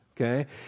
okay